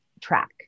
track